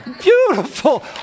Beautiful